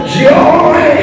joy